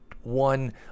one